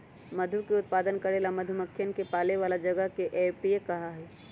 मधु के उत्पादन करे ला मधुमक्खियन के पाले वाला जगह के एपियरी कहा हई